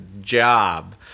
job